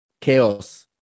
chaos